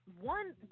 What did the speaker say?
One